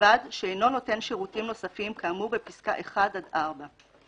ובלבד שאינו נותן שירותים נוספים כאמור בפסקאות (1) עד (4);